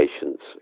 patients